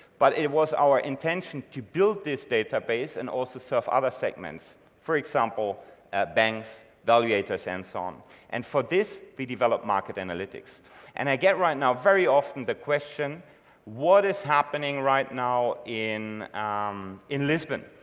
but it was our intention to build this database and also serve other segments for example banks valuators and so on and for this we developed market analytics and i get right now very often the question what is happening? right now in um in lisbon